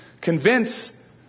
Convince